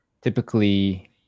typically